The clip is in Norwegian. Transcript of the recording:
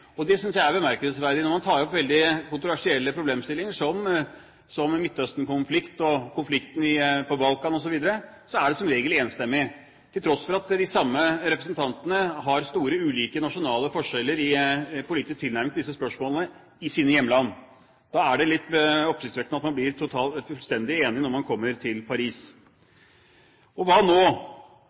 bemerkelsesverdig. Når man tar opp veldig kontroversielle problemstillinger som Midtøsten-konflikten, konflikten på Balkan osv., er det som regel enstemmighet, til tross for at de samme representantene har store nasjonale forskjeller i politisk tilnærming til disse spørsmålene i sine hjemland. Da er det litt oppsiktsvekkende at man blir fullstendig enig når man kommer til Paris. Hva nå?